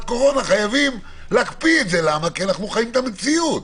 קורונה חייבים להקפיא כי אנחנו חיים את המציאות.